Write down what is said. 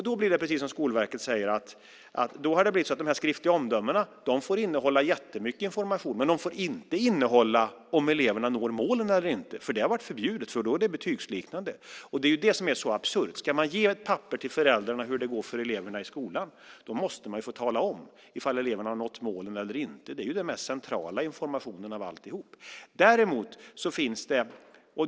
Då blir det som Skolverket säger att de skriftliga omdömena får innehålla jättemycket information, men de får inte innehålla om eleverna når målet eller inte, för det har varit förbjudet för att det är betygsliknande. Det är det som är så absurt. Ska man ge ett papper till föräldrarna om hur det går för eleverna i skolan måste man få tala om ifall eleverna har nått målen eller inte. Det är ju den mest centrala informationen av alltihop.